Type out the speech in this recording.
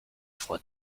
froid